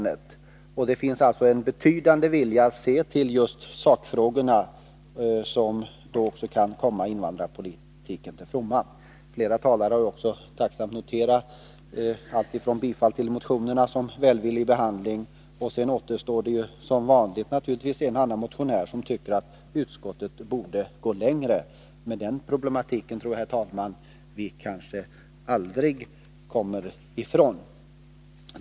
Det finns en betydande vilja att se till sakfrågorna, vilket är till fromma för invandrarpolitiken. Flera talare har också tacksamt noterat antingen bifall till sina motioner eller välvillig behandling av dem. Sedan finns det naturligtvis också en och annan motionär som tycker att utskottet borde ha gått längre, men den problematiken kommer vi nog aldrig ifrån.